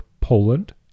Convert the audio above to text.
Poland